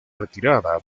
retirada